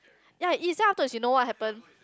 ya it is then afterwards you know what happen